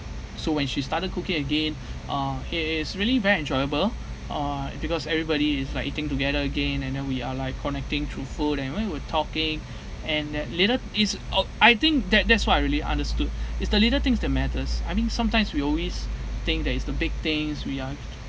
so when she started cooking again uh it it's really very enjoyable uh because everybody is like eating together again and then we are like connecting through food and when we were talking and that later is o~ I think that that's what I really understood it's the little things that matters I mean sometimes we always think that is the big things we are